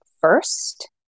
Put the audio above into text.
first